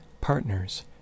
partners